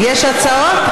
יש הצעות?